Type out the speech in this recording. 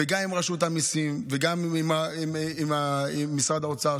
וגם עם רשות המיסים וגם עם משרד האוצר,